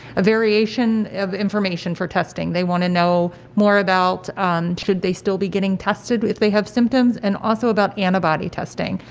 a variation of information for testing they want to know more about should they still be getting tested if they have symptoms, and also about antibody testing?